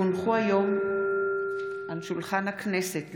כי הונחו היום על שולחן הכנסת,